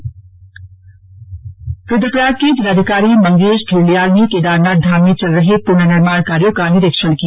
DM Kedarnath निरीक्षण रुद्रप्रयाग के जिलाधिकारी मंगेश घिल्डियाल ने केदारनाथ धाम में चल रहे पुनर्निर्माण कार्यो का निरीक्षण किया